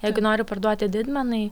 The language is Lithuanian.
jeigu nori parduoti didmenai